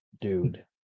dude